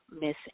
Miss